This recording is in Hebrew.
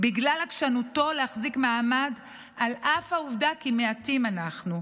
בגלל עקשנותו להחזיק מעמד על אף העובדה כי מעטים אנחנו,